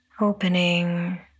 opening